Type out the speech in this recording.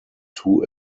two